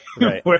Right